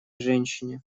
женщине